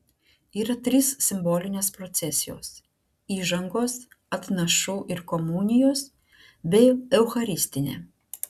yra trys simbolinės procesijos įžangos atnašų ir komunijos bei eucharistinė